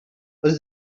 was